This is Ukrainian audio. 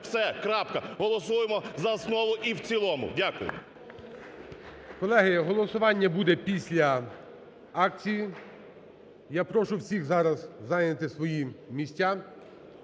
Все. Крапка. Голосуємо за основу і в цілому. Дякую. ГОЛОВУЮЧИЙ. Колеги, голосування буде після акції. Я прошу всіх зараз зайняти свої місця.